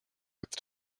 with